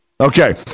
Okay